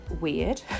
weird